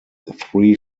three